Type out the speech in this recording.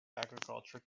agricultural